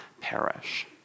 perish